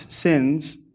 sins